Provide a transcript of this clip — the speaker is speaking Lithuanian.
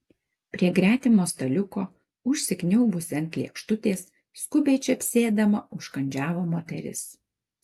prie gretimo staliuko užsikniaubusi ant lėkštutės skubiai čepsėdama užkandžiavo moteris